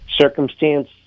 circumstance